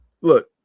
Look